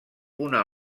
una